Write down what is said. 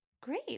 Great